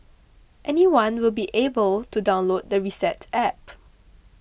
anyone will be able to download the Reset App